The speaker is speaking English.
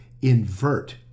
invert